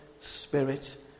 Spirit